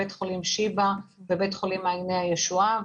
בית חולים שיבא ובית חולים מעייני הישועה.